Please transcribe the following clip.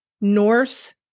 north